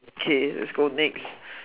okay lets go next